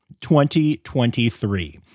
2023